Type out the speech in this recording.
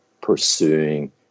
pursuing